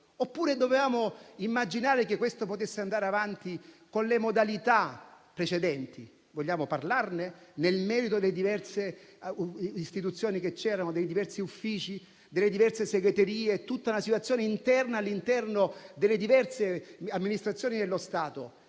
oppure dovevamo immaginare che questo potesse andare avanti con le modalità precedenti? Vogliamo parlare nel merito delle diverse istituzioni, dei diversi uffici, delle diverse segreterie e di tutta una situazione interna nelle diverse amministrazioni dello Stato,